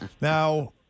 Now